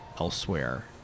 elsewhere